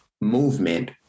Movement